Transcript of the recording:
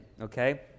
okay